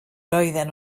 roedden